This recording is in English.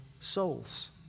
souls